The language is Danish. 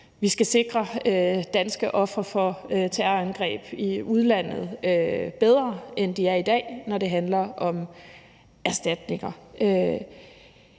vi skal sikre danske ofre for terrorangreb bedre, end de er i dag, når det handler om erstatninger.